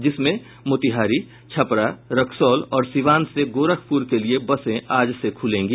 जिसमें मोतिहारी छपरा रक्सौल और सीवान से गोरखपुर के लिये बसें आज से खुलेंगी